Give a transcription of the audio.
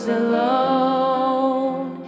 alone